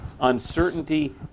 uncertainty